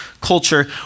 culture